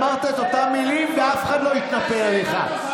אמרת את אותן מילים ואף אחד לא התנפל עליך.